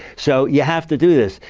so you have to do this.